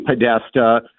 podesta